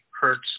hertz